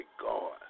God